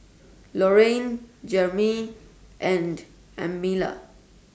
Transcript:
Lorrayne Jereme and Amalia